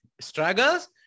struggles